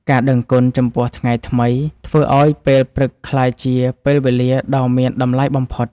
ការដឹងគុណចំពោះថ្ងៃថ្មី ធ្វើឱ្យពេលព្រឹកក្លាយជាពេលវេលាដ៏មានតម្លៃបំផុត។